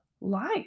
life